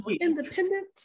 independent